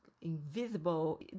invisible